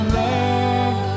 love